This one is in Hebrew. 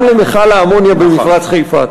והזמן נגמר גם למכל האמוניה במפרץ חיפה.